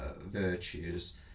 virtues